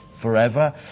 forever